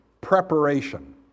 preparation